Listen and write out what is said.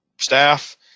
staff